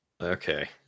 Okay